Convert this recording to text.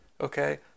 Okay